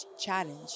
challenge